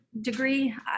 degree